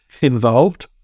involved